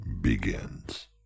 Begins